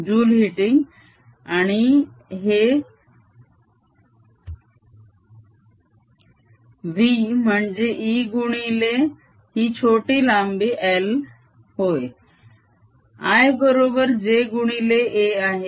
आणि हे v म्हणजे E गुणिले ही छोटी लांबी l होय I बरोबर j गुणिले a आहे